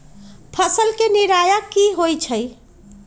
फसल के निराया की होइ छई?